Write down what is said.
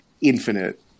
infinite